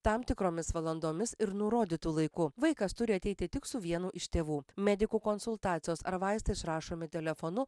tam tikromis valandomis ir nurodytu laiku vaikas turi ateiti tik su vienu iš tėvų medikų konsultacijos ar vaistai išrašomi telefonu